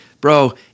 Bro